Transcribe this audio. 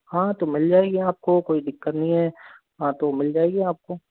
हाँ तो मिल जाएगी आपको कोई दिक्कत नहीं है हाँ तो मिल जाएगी आपको